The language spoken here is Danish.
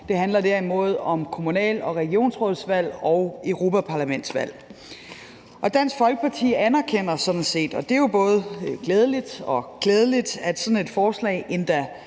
Det handler derimod om kommunal- og regionsrådsvalg og europaparlamentsvalg. Dansk Folkeparti anerkender sådan set – og det er jo både glædeligt og klædeligt – at sådan et forslag endda